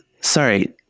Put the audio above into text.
sorry